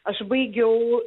aš baigiau